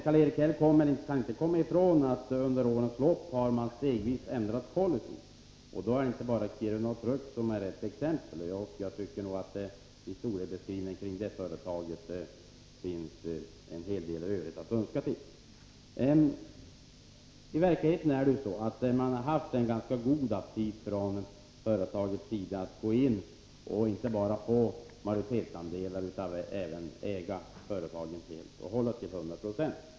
Karl-Erik Häll kan inte komma ifrån att man under årens lopp stegvis har ändrat policy, och då är inte Kiruna Maskin & Truckservice AB det enda exemplet. Beträffande historieskrivningen kring det företaget finns det enligt min mening en hel del övrigt att önska. I verkligheten har Regioninvest haft en ganska god aptit inte bara när det gällt att ha majoritetsandelar i företagen utan också att äga dem till hundra procent.